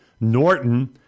Norton